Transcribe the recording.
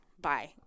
bye